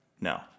No